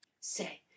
Say